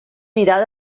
mirar